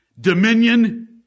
Dominion